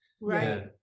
right